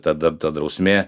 ta da ta drausmė